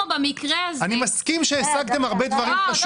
אני מסכים שהשגתם הרבה דברים חשובים.